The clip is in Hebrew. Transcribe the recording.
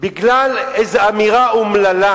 בגלל איזו אמירה אומללה